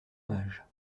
hommage